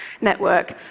network